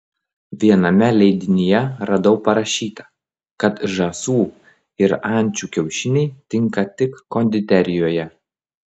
viename leidinyje radau parašyta kad žąsų ir ančių kiaušiniai tinka tik konditerijoje